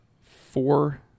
four